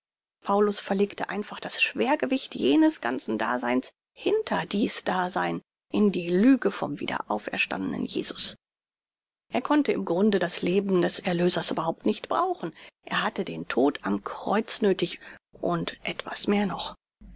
paulus verlegte einfach das schwergewicht jenes ganzen daseins hinter dies dasein in die lüge vom wiederauferstandenen jesus er konnte im grunde das leben des erlösers überhaupt nicht brauchen er hatte den tod am kreuz nöthig und etwas mehr noch